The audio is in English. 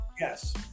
Yes